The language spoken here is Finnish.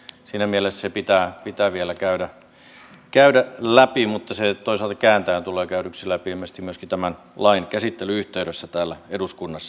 siinä mielessä se pitää vielä käydä läpi mutta se toisaalta kääntäen tulee käydyksi läpi ilmeisesti myöskin tämän lain käsittelyn yhteydessä täällä eduskunnassa